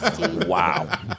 Wow